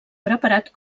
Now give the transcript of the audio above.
preparat